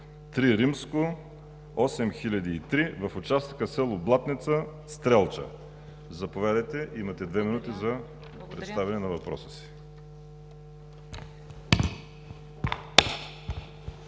път III-8003 в участъка село Блатница – Стрелча. Заповядайте, имате две минути за представяне на въпроса си.